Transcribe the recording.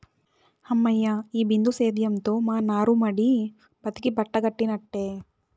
హమ్మయ్య, ఈ బిందు సేద్యంతో మా నారుమడి బతికి బట్టకట్టినట్టే